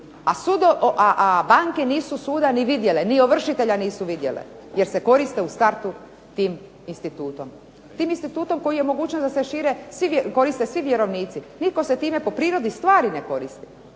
A banke nisu suda ni vidjele, ni ovršitelja nisu vidjele jer se koriste u startu tim institutom. Tim institutom koji je omogućio da se koriste svi vjerovnici. Nitko se time po prirodi stvari ne koristi.